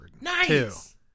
Nice